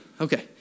Okay